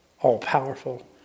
all-powerful